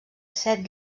set